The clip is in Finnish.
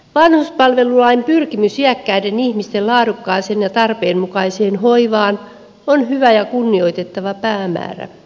vanhuspalvelulain pyrkimys iäkkäiden ihmisten laadukkaaseen ja tarpeen mukaiseen hoivaan on hyvä ja kunnioitettava päämäärä